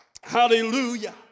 Hallelujah